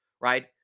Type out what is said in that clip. right